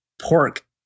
pork